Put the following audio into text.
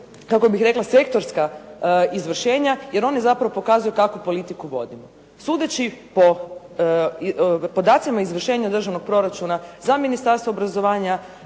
kako bih rekla sektorska izvršenja jer oni zapravo pokazuju kakvu politiku vodimo. Sudeći po podacima izvršenja državnog proračuna za Ministarstvo obrazovanja,